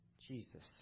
Jesus